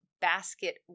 basket